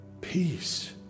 peace